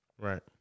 Right